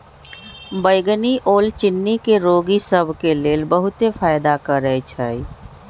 बइगनी ओल चिन्नी के रोगि सभ के लेल बहुते फायदा करै छइ